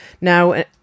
now